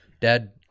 Dad